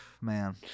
man